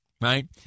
right